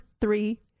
three